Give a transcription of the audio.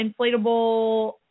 inflatable